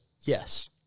yes